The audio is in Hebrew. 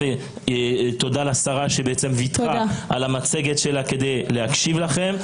תודה לשרה שוויתרה על המצגת שלה כדי להקשיב לכם.